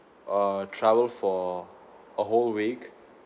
uh travel for a whole week